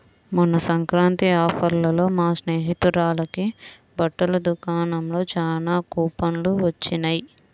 మొన్న సంక్రాంతి ఆఫర్లలో మా స్నేహితురాలకి బట్టల దుకాణంలో చానా కూపన్లు వొచ్చినియ్